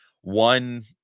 one